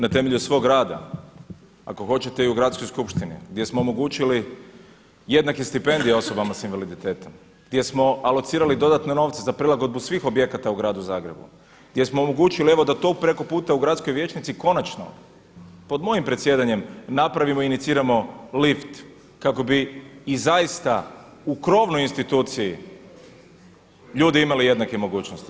na temelju svog rada, ako hoćete i u gradskoj skupštini gdje smo omogućili jednake stipendije osobama s invaliditetom, gdje smo alocirali dodatne novce za prilagodbu svih objekata u gradu Zagrebu, gdje smo omogućili evo da tu preko puta u Gradskoj vijećnici konačno pod mojim predsjedanjem napravimo i iniciramo lift kako bi i zaista u krovnoj instituciji ljudi imali jednake mogućnosti.